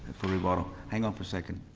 for rebuttal. hang on for a second.